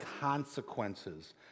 consequences